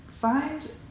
Find